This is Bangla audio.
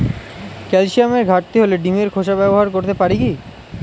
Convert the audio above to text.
ক্যালসিয়ামের ঘাটতি হলে ডিমের খোসা ব্যবহার করতে পারি কি?